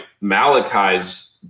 Malachi's